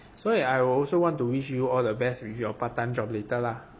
所以 I also want to wish you all the best with your part time job later lah